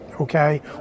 Okay